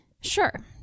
Sure